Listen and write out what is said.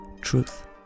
truth